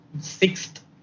sixth